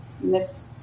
Miss